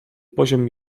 poziom